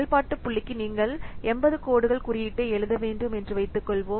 செயல்பாட்டு புள்ளிக்கு நீங்கள் 80 கோடுகள் குறியீட்டை எழுத வேண்டும் என்று வைத்துக்கொள்வோம்